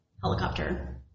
helicopter